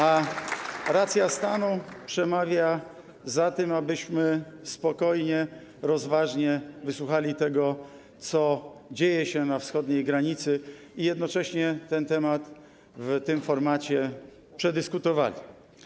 A racja stanu przemawia za tym, abyśmy spokojnie, rozważnie wysłuchali tego, co dzieje się na wschodniej granicy, i jednocześnie ten temat w tym formacie przedyskutowali.